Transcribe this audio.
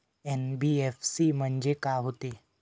NBFC म्हणजे का होते?